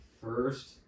First